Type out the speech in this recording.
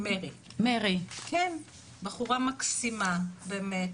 מרי, כן, בחורה מקסימה באמת,